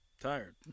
tired